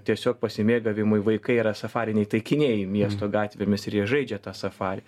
tiesiog pasimėgavimui vaikai yra safariniai taikiniai miesto gatvėmis ir jie žaidžia tą safarį